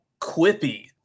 quippy